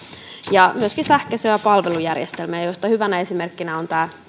ja myöskin sähköisiä palvelujärjestelmiä joista hyvänä esimerkkinä on